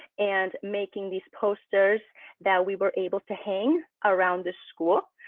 and making these posters that we were able to hang around the school.